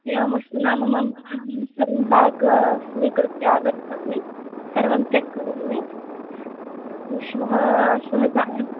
एवम् अस्तु नाम मम अहं सर्वं ब्याग् स्वीकृत्य आगच्छमि सर्वं चेक् करोमि अस्तु श्वः श्वः सायं